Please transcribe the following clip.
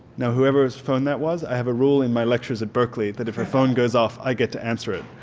now whoever's phone that was i have a rule in my lectures at berkeley that if a phone goes off i get to answer it,